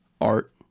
art